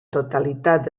totalitat